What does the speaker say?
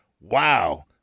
Wow